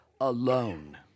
alone